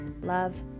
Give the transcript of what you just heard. love